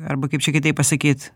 arba kaip čia kitaip pasakyt